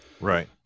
right